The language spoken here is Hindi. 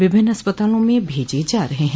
विभिन्न अस्पतालों में भेजे जा रहे है